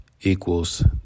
equals